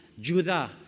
judah